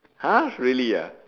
!huh! really ah